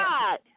God